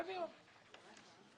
הרביזיה לא התקבלה.